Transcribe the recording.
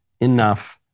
enough